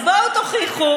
אז בואו תוכיחו